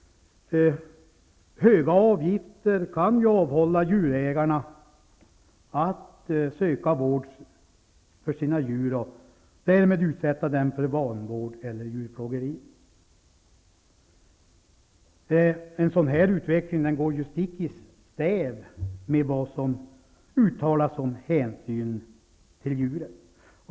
Höga avgifter kan ju avhålla djurägarna från att söka vård för sina djur och därmed utsätta dem för vanvård eller djurplågeri. En sådan utveckling går stick i stäv med vad som uttalats om hänsyn till djuren.